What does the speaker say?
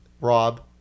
Rob